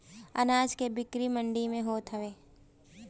अनाज के बिक्री मंडी में होत हवे